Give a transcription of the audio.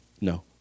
no